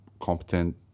competent